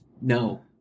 No